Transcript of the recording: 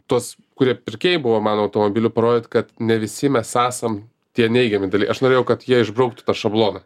tuos kurie pirkėjai buvo mano automobilių parodyt kad ne visi mes esam tie neigiami dalyk aš norėjau kad jie išbrauktų tą šabloną